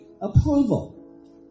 approval